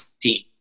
team